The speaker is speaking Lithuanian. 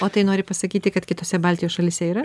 o tai nori pasakyti kad kitose baltijos šalyse yra